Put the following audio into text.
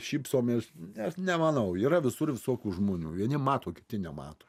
šypsomės nes nemanau yra visur visokių žmonių vieni mato kiti nemato